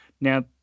Now